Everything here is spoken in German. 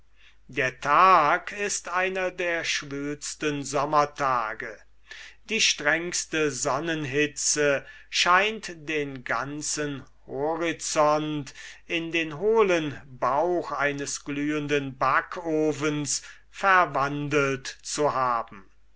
der tag ist einer der schwülsten sommertage die strengste sonnenhitze scheint den ganzen horizont in den hohlen bauch eines glühenden backofens verwandelt zu haben